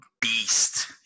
beast